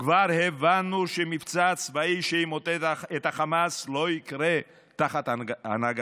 כבר הבנו שמבצע הצבאי שימוטט את החמאס לא יקרה תחת הנהגתך,